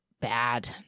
Bad